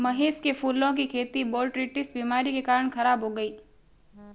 महेश के फूलों की खेती बोटरीटिस बीमारी के कारण खराब हो गई